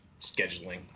scheduling